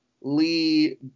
Lee